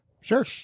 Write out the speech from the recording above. Sure